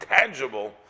tangible